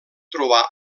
trobar